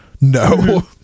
no